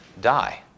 die